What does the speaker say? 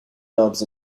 dobbs